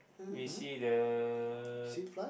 we see the